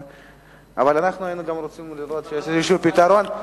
אבל אנחנו היינו רוצים לראות שיש איזה פתרון,